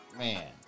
man